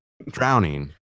drowning